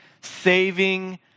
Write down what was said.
saving